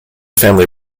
family